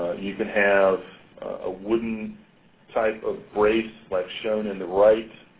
you could have a wooden type of brace like shown in the right.